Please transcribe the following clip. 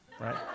right